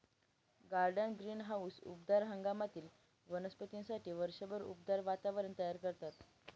garden greenhouse उबदार हंगामातील वनस्पतींसाठी वर्षभर उबदार वातावरण तयार करतात